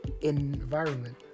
environment